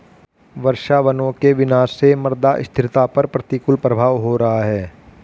वर्षावनों के विनाश से मृदा स्थिरता पर प्रतिकूल प्रभाव हो रहा है